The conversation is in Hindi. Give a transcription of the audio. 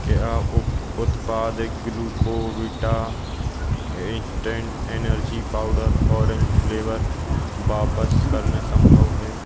क्या उत्पाद Glucovita instant energy powder orange flavour वापस करना संभव है